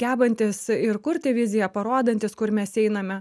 gebantis ir kurti viziją parodantis kur mes einame